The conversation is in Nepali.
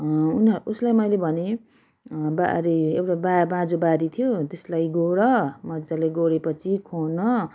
उना उसलाई मैले भने बारी एउटा बाँझे बारी थियो त्यसलाई गोड मजाले गोडे पछि खन